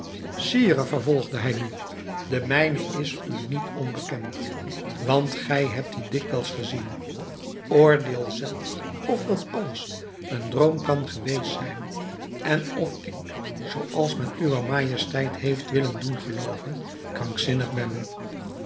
sire vervolgde hij nu de mijne is u niet onbekend want gij hebt dien dikwijls gezien oordeel zelf of dat alles een droom kan geweest zijn en of ik zooals men uwer majesteit heeft willen doen gelooven krankzinnig ben